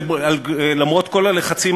למרות כל הלחצים,